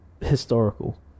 historical